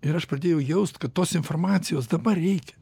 ir aš pradėjau jaust kad tos informacijos dabar reikia